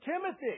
Timothy